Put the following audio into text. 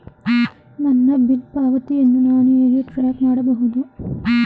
ನನ್ನ ಬಿಲ್ ಪಾವತಿಯನ್ನು ನಾನು ಹೇಗೆ ಟ್ರ್ಯಾಕ್ ಮಾಡಬಹುದು?